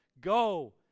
Go